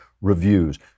reviews